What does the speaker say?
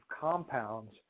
compounds